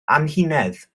anhunedd